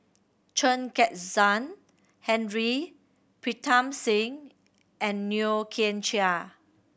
Chen Kezhan Henri Pritam Singh and Yeo Kian Chai